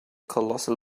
colossal